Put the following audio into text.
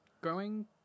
Growing